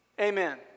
Amen